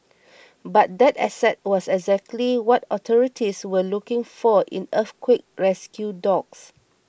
but that asset was exactly what authorities were looking for in earthquake rescue dogs